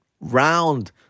round